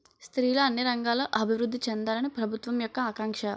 స్త్రీలు అన్ని రంగాల్లో అభివృద్ధి చెందాలని ప్రభుత్వం యొక్క ఆకాంక్ష